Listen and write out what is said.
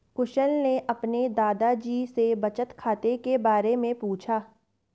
कुशल ने अपने दादा जी से बचत बैंक के बारे में पूछा